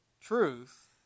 Truth